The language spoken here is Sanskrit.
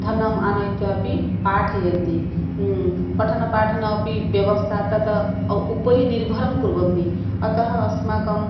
धनम् आनयित्वापि पाठयन्ति पठनपाठनम् अपि व्यवस्था ततः औ उपरि निर्भरं कुर्वन्ति अतः अस्माकं